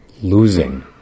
losing